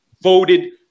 voted